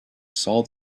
saw